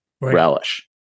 relish